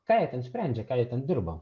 ką jie ten sprendžia ką jie ten dirba